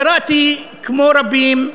קראתי, כמו רבים,